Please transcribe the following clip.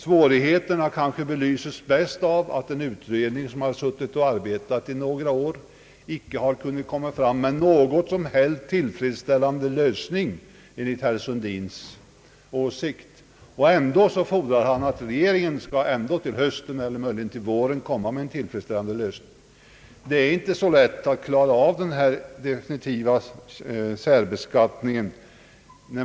Svårigheterna kanske belyses bäst av att en utredning, som arbetat några år, inte har kunnat finna någon som helst tillfredsställande lösning, enligt herr Sundins åsikt. Ändå fordrar han att regeringen till i höst eller möjligen till nästa vår skall föreslå en tillfredsställande lösning. Det är dock inte så lätt att klara av en definitiv obligatorisk särbeskattning.